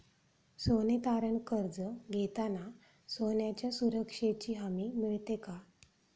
सोने तारण कर्ज घेताना सोन्याच्या सुरक्षेची हमी मिळते का?